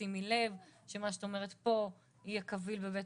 שימי לב שמה שאת אומרת פה יהיה קביל בבית